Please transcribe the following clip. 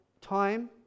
time